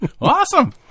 Awesome